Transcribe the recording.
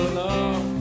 love